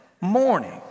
morning